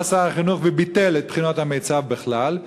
בא שר החינוך וביטל את בחינות המיצ"ב בכלל,